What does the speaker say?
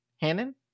Hannon